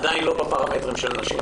עדיין לא בפרמטרים של נשים.